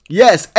yes